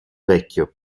vecchio